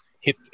hit